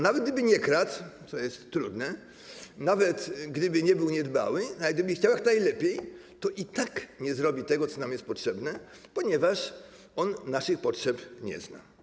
Nawet gdyby nie kradł, co jest trudne, nawet gdyby nie był niedbały, nawet gdyby chciał jak najlepiej, to i tak nie zrobi tego, co nam jest potrzebne, ponieważ on naszych potrzeb nie zna.